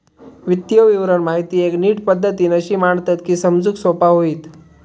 वित्तीय विवरण माहिती एक नीट पद्धतीन अशी मांडतत की समजूक सोपा होईत